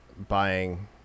buying